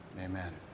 amen